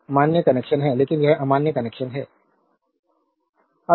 तो यह एक मान्य कनेक्शन है लेकिन यह अमान्य कनेक्शन है